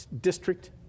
district